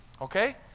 Okay